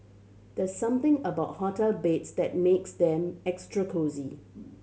there's something about hotel beds that makes them extra cosy